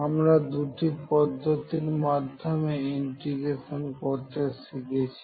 আমরা দুটি পদ্ধতির মাধ্যমে ইন্টিগ্রেশন করতে শিখেছি